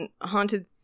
haunted